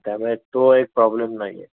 त्यामुळे तो एक प्रॉब्लेम नाही आहे